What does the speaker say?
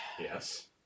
Yes